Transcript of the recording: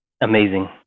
amazing